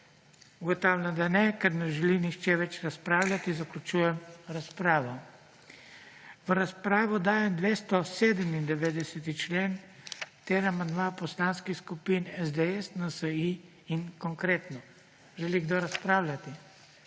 Ugotavljam, da ne. Ker ne želi nihče več razpravljati, zaključujem razpravo. V razpravo dajem 297. člen ter amandma poslanskih skupin SDS, NSi in Konkretno. Želi kdo razpravljati?